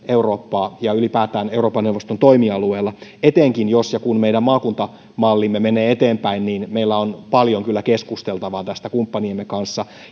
eurooppaa ja ylipäätään euroopan neuvoston toimialueella etenkin jos ja kun meidän maakuntamallimme menee eteenpäin niin meillä on kyllä paljon keskusteltavaa tästä kumppaniemme kanssa